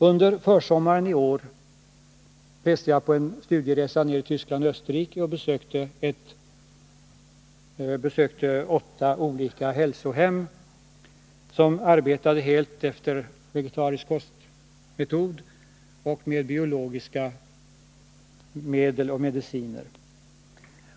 Under försommaren i år var jag på en studieresa i Tyskland och Österrike, och jag besökte därvid åtta olika hälsohem som arbetade helt efter metoder baserade på vegetarisk kost och med biologiska medel och mediciner.